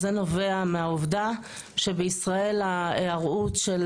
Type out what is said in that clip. זה נובע מהעובדה שבישראל ההיארעות של